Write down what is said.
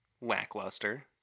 lackluster